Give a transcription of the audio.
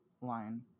line